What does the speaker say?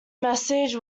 message